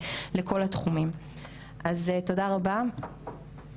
ומתייחסת להרבה מהנקודות שהזכרתם,